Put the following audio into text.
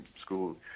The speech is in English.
school